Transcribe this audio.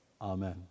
Amen